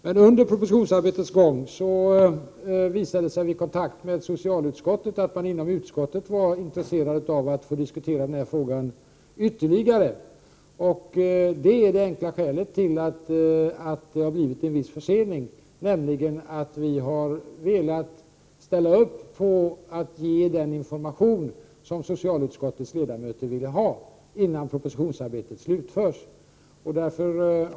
Men under propositionsarbetets gång visade det sig vid kontakt med socialutskottet att man inom utskottet var intresserad av att få diskutera denna fråga ytterligare. Det är det enkla skälet till att det uppstått en viss försening. Vi har nämligen velat ställa upp på att ge den information som socialutskottets ledamöter ville ha innan propositionsarbetet slutförs.